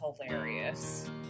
hilarious